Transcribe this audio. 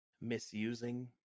misusing